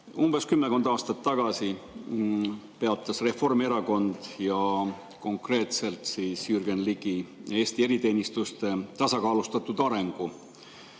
Umbes kümmekond aastat tagasi peatas Reformierakond ja konkreetselt Jürgen Ligi Eesti eriteenistuste tasakaalustatud arengu.